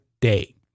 day